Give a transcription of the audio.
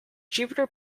jupiter